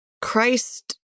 Christ